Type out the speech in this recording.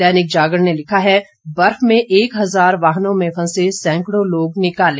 दैनिक जागरण ने लिखा है बर्फ में एक हजार वाहनों में फंसे सैंकड़ों लोग निकाले